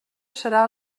serà